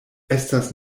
estas